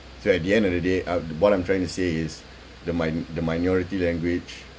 so at the end of the day Uh what I'm trying to say is the mi~ the minority language